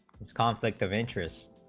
as conflict of interest